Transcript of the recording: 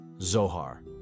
Zohar